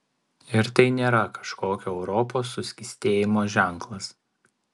ir tai nėra kažkokio europos suskystėjimo ženklas